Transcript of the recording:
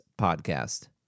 Podcast